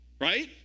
right